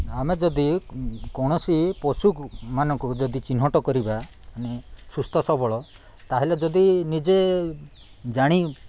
ଆମେ ଯଦି କୌଣସି ପଶୁମାନଙ୍କୁ ଯଦି ଚିହ୍ନଟ କରିବା ମାନେ ସୁସ୍ଥ ସବଳ ତା'ହେଲେ ଯଦି ନିଜେ ଜାଣି